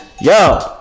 Yo